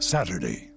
Saturday